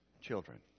children